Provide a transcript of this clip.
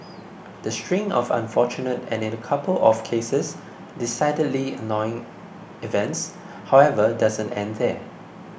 the string of unfortunate and in a couple of cases decidedly annoying events however doesn't end there